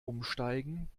umsteigen